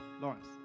Lawrence